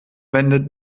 wendet